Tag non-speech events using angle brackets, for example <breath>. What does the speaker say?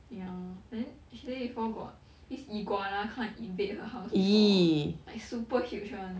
ya then she say before got <breath> this iguana come and invade her house before like super huge [one]